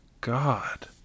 God